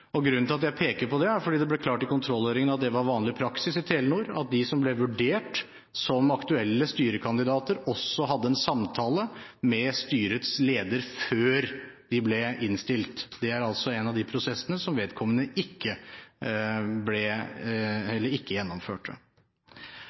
Grunnen til at jeg peker på det, er at det ble klart i kontrollhøringen at det var vanlig praksis i Telenor at de som ble vurdert som aktuelle styrekandidater, også hadde en samtale med styrets leder før de ble innstilt. Det er altså en av de prosessene som vedkommende ikke